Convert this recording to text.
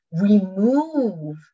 remove